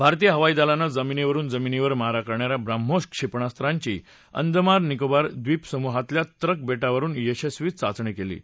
भारतखी हवाई दलानं जमिनखिर मारा करणाऱ्या ब्राम्होस क्षेपणास्त्रांची अंदमान निकोबार द्वखिरमुहातल्या त्रक बेटावरून यशस्वी चाचणी केली आहे